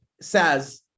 says